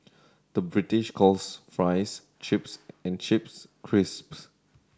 the British calls fries chips and chips crisps